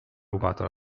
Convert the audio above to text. rubato